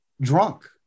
drunk